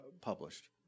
published